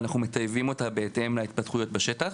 ואנחנו מטייבים אותה בהתאם להתפתחויות בשטח.